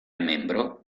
membro